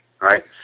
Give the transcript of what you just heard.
right